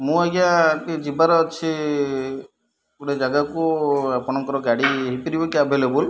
ମୁଁ ଆଜ୍ଞା ଟିକେ ଯିବାର ଅଛି ଗୋଟେ ଜାଗାକୁ ଆପଣଙ୍କର ଗାଡ଼ି ହେଇପାରିବେ କି ଆଭେଲେବୁଲ